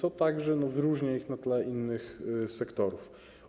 To także wyróżnia ich na tle innych sektorów.